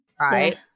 right